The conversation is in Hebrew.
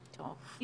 לשעה.